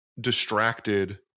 distracted